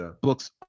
Books